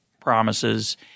promises